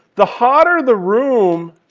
the hotter the room,